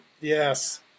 yes